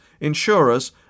insurers